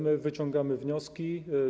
My wyciągamy wnioski.